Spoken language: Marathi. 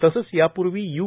तसंच यापूर्वी यू